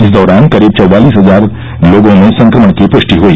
इस दौरान करीब चैवालिस हजार लोगों में संक्रमण की पुष्टि हुई